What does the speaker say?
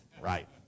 right